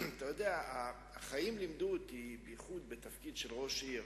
יכול להיות שאם חס וחלילה המצב עוד ילך ויהיה